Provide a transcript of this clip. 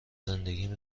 زندگیم